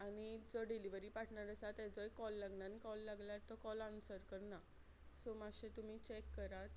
आनी जो delivery partner आसा तेजोय कॉल लागना आनी कॉल लागल्यार तो कॉल आन्सर करना सो मात्शें तुमी चॅक करात